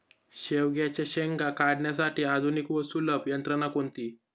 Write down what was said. शेवग्याच्या शेंगा काढण्यासाठी आधुनिक व सुलभ यंत्रणा कोणती?